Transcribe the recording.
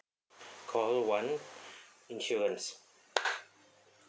call one insurance